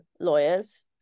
lawyers